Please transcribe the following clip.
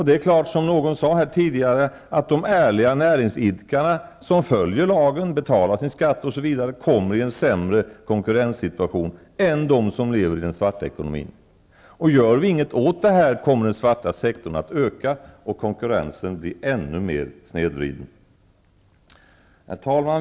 Det är klart, som någon tidigare här sade, att de ärliga näringsidkare som följer lagen, betalar sin skatt osv. kommer i en sämre konkurrenssituation än de som lever i den svarta ekonomin. Gör vi ingenting åt det här, kommer den svarta sektorn att öka och konkurrensen bli ännu mer snedvriden. Herr talman!